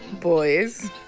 boys